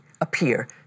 appear